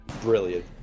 Brilliant